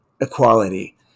equality